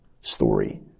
story